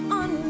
on